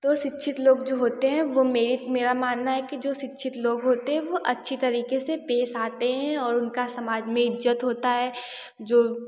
तो शिक्षित लोग जो होते हैं वो मे मेरा मानना है कि जो शिक्षित लोग होते हैं वो अच्छी तरीके से पेश आते हैं और उनकी समाज में इज़्ज़त होती है जो